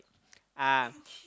ah